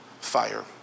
fire